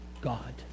God